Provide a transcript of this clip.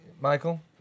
Michael